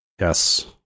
Yes